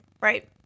right